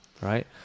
right